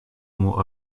more